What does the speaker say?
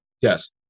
Yes